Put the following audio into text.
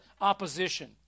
opposition